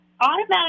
automatic